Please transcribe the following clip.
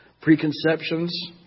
preconceptions